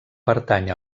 pertany